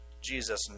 Jesus